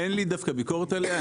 אין לי דווקא ביקורת עליה,